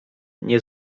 nie